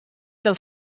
del